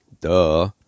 Duh